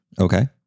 Okay